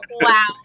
Wow